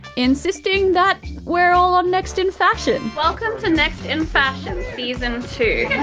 insisting that we're all on next in fashion. welcome to next in fashion, season two.